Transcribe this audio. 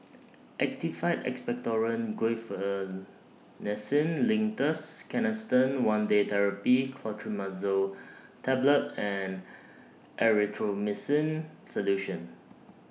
Actified Expectorant Guaiphenesin Linctus Canesten one Day Therapy Clotrimazole Tablet and Erythroymycin Solution